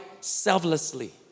selflessly